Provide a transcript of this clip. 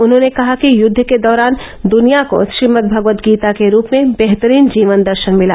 उन्होंने कहा कि युद्व के दौरान दुनिया को श्रीमदभगवतगीता के रूप में बेहतरीन जीवन दर्शन मिला